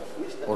אורלב?